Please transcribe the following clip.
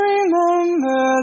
Remember